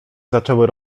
zaczęły